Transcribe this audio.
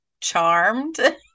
charmed